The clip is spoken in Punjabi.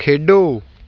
ਖੇਡੋ